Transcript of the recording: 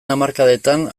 hamarkadetan